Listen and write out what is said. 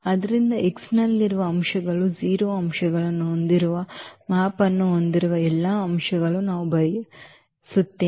ಆದ್ದರಿಂದ X ನಲ್ಲಿರುವ ಅಂಶಗಳ 0 ಅಂಶಗಳನ್ನು ಹೊಂದಿರುವ ಮ್ಯಾಪ್ ಅನ್ನು ಹೊಂದಿರುವ ಎಲ್ಲ ಅಂಶಗಳನ್ನು ನಾವು ಬಯಸುತ್ತೇವೆ